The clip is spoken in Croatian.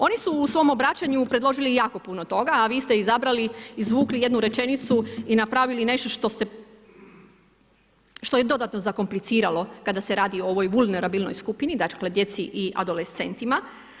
Oni su u svom obraćanju predložili jako puno toga a vi ste izabrali, izvukli jednu rečenicu i napravili nešto što je dodatno zakompliciralo kada se radi o ovoj vulnerabilnoj skupini, dakle djeci i adolescentima.